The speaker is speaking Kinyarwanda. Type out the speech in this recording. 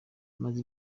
amaze